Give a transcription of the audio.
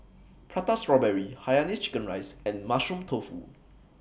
Prata Strawberry Hainanese Chicken Rice and Mushroom Tofu